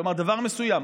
כלומר דבר מסוים,